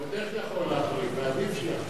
ועוד איך יכול להחליף, ועדיף שיחליף.